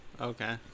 okay